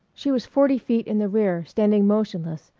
she was forty feet in the rear standing motionless,